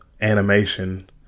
animation